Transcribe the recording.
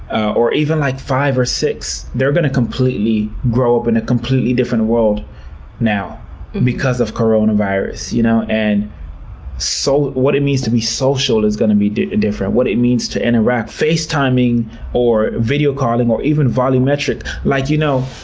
or even like five or six, they're going to completely grow up in a completely different world now because of coronavirus, you know? and so what it means to be social is going to be different. what it means to interact, facetiming, or video calling, or even volumetric. like you know